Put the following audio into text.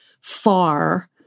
far